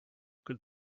could